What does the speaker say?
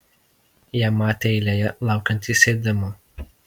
ją matė eilėje laukiant įsėdimo